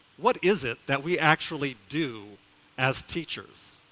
what is it that we actually do as teachers?